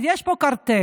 אז יש פה קרטל,